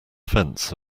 fence